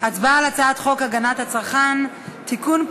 הצבעה על הצעת חוק הגנת הצרכן (תיקון,